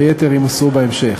היתר יימסרו בהמשך.